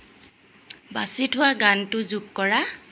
বাছি থোৱা গানটো যোগ কৰা